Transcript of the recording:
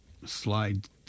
slide